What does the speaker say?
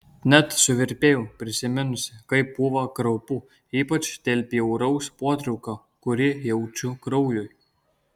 net suvirpėjau prisiminusi kaip buvo kraupu ypač dėl bjauraus potraukio kurį jaučiu kraujui